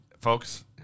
folks